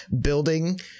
building